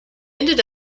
ended